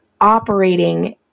operating